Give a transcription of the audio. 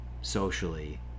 socially